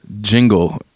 jingle